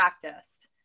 practiced